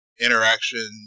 interaction